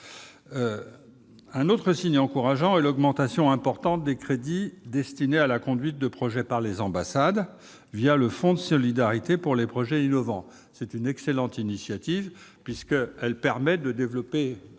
Un autre signe encourageant est l'augmentation importante des crédits destinés à la conduite de projets par les ambassades le fonds de solidarité pour les projets innovants. Cette excellente initiative soutient des projets de petite